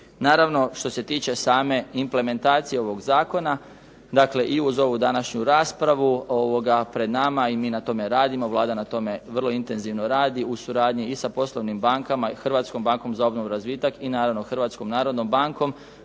Naravno, što se tiče same implementacije ovog zakona, dakle i uz ovu današnju raspravu pred nama i mi na tome radimo, Vlada na tome vrlo intenzivno radi u suradnji i sa poslovnim bankama i Hrvatskom bankom za obnovu i razvitak i naravno Hrvatskom narodnom bankom